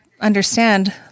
understand